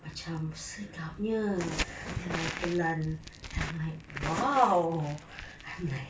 macam sedapnya then I telan then I'm like !wow! I'm like